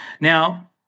Now